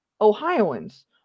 Ohioans